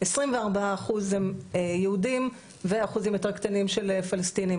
24 אחוז הם יהודים ואחוזים יותר קטנים של פלסטינים,